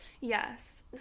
Yes